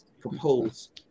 propose